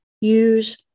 Use